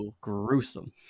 gruesome